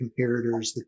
comparators